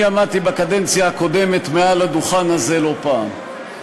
אני עמדתי בקדנציה הקודמת מעל הדוכן הזה לא פעם,